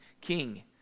king